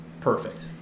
Perfect